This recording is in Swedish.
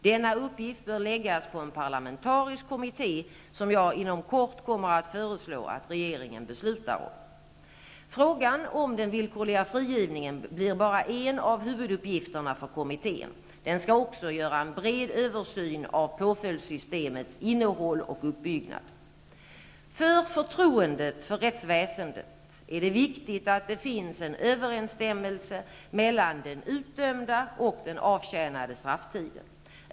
Denna uppgift bör läggas på en parlamentarisk kommitté, som jag inom kort kommer att föreslå att regeringen beslutar om. Frågan om den villkorliga frigivningen blir bara en av huvuduppgifterna för kommittén. Den skall också göra en bred översyn av påföljdssystemets innehåll och uppbyggnad. För förtroendet för rättsväsendet är det viktigt att det finns en överensstämmelse mellan den utdömda och den avtjänade strafftiden.